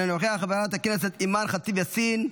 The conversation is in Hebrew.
אינו נוכח, חברת הכנסת אימאן ח'טיב יאסין,